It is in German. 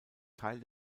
teil